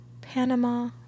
Panama